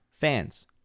fans